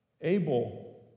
Abel